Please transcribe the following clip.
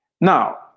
Now